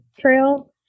trail